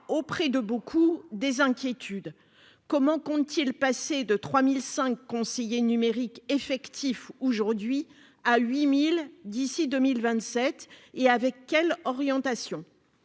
suscite de nombreuses inquiétudes. Comment compte-t-il passer de 3 500 conseillers numériques effectifs aujourd'hui à 8 000 d'ici à 2027 ? Avec quelles orientations ?